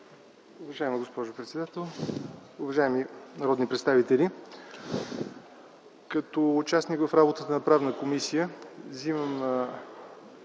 Уважаема госпожо председател, уважаеми народни представители! Като участник в работата на Комисията